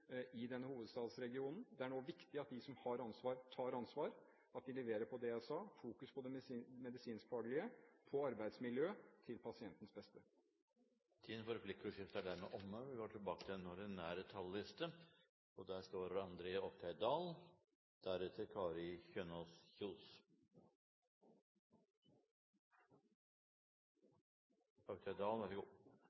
i denne hovedstadsregionen. Det er nå viktig at de som har ansvar, tar ansvar, og at de leverer på det jeg sa, og har fokus på det medisinsk-faglige, på arbeidsmiljø – til pasientens beste.